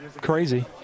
crazy